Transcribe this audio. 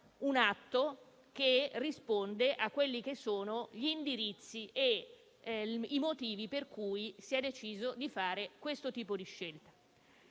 un atto che risponde agli indirizzi e ai motivi per cui si è deciso di fare questo tipo di scelta.